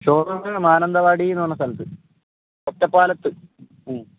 showroom Mananthavady എന്ന് പറഞ്ഞ സ്ഥലത്ത് ഒറ്റപ്പാലത്ത്